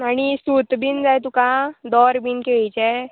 आनी सूत बीन जाय तुका दोर बीन केळीचे